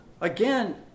again